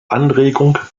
anregung